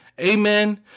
Amen